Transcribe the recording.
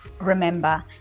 Remember